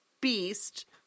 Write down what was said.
Beast